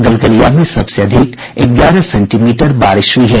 गलगलिया में सबसे अधिक ग्यारह सेंटीमीटर बारिश हुई है